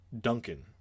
Duncan